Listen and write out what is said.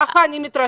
כך אני מתרשמת